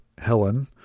Helen